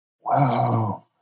Wow